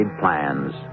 plans